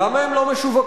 למה הן לא משווקות?